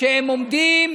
שעומדים